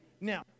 Now